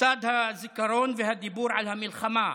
לצד הזיכרון והדיבור על המלחמה,